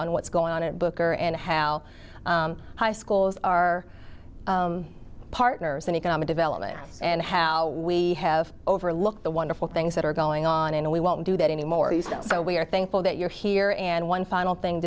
on what's going on at booker and how high schools are partners in economic development and how we have overlooked the wonderful things that are going on and we won't do that anymore so we are thankful that you're here and one final thing